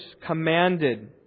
commanded